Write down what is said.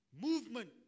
Movement